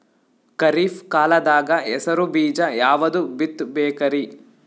ಖರೀಪ್ ಕಾಲದಾಗ ಹೆಸರು ಬೀಜ ಯಾವದು ಬಿತ್ ಬೇಕರಿ?